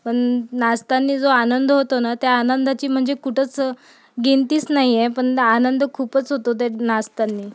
पण नाचताना जो आनंद होतो ना त्या आनंदाची म्हणजे कुठंच गिनतीच नाही आहे पण आनंद खूपच होतो ते नाचताना